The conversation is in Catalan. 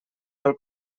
del